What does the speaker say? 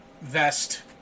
vest